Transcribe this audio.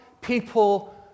people